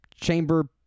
chamber